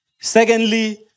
Secondly